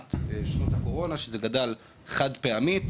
לעומת בשנות הקורונה שזה גדל באופן חד-פעמי,